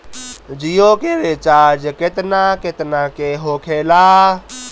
जियो के रिचार्ज केतना केतना के होखे ला?